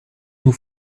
nous